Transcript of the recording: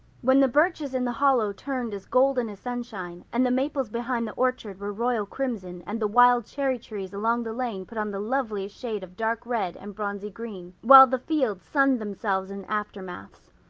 when the birches in the hollow turned as golden as sunshine and the maples behind the orchard were royal crimson and the wild cherry trees along the lane put on the loveliest shades of dark red and bronzy green, while the fields sunned themselves in aftermaths.